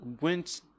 Went